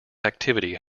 activity